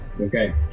Okay